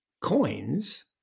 coins